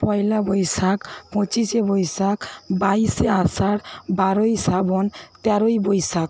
পয়লা বৈশাখ পঁচিশে বৈশাখ বাইশে আষাঢ় বারোই শ্রাবণ তেরোই বৈশাখ